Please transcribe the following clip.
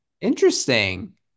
Interesting